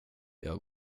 jag